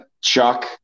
Chuck